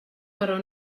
però